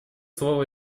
слово